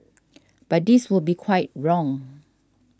but this would be quite wrong